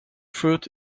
fruit